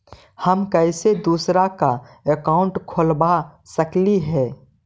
हम कैसे दूसरा का अकाउंट खोलबा सकी ही?